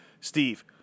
Steve